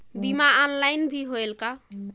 बीमा ऑनलाइन भी होयल का?